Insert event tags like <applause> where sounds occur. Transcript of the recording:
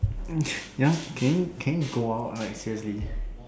<noise> ya can you can you go out like seriously